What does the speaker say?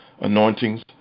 anointings